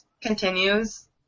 continues